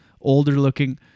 older-looking